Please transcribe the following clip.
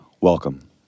welcome